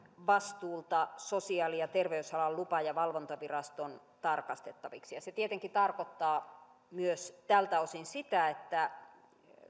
vastuulta sosiaali ja terveysalan lupa ja valvontaviraston tarkastettavaksi se tietenkin tarkoittaa tältä osin myös sitä että